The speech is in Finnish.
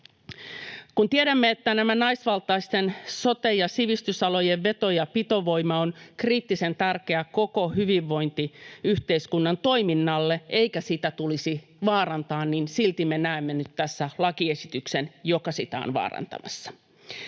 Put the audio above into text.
Kun tiedämme, että näiden naisvaltaisten sote- ja sivistysalojen veto- ja pitovoima on kriittisen tärkeä koko hyvinvointiyhteiskunnan toiminnalle eikä sitä tulisi vaarantaa, niin silti me näemme nyt tässä lakiesityksen, joka sitä on vaarantamassa.